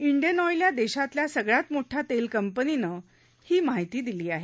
Indian Oil या देशातल्या सगळ्यात मोठ्या तेल कंपनीनं ही माहिती दिली आहे